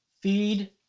feed